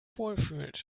wohlfühlt